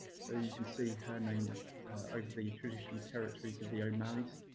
so you can see her name over the traditional territories of the o'malleys.